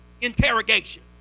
Interrogation